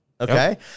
Okay